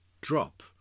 drop